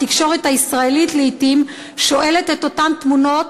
התקשורת הישראלית לעתים שואלת את אותן תמונות,